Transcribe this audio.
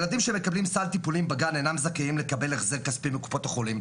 ילדים שמקבלים סל טיפולים בגן אינם זכאים לקבל החזר כספי מקופות החולים.